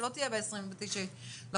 שלא תהיה ב-29 בחודש.